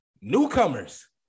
newcomers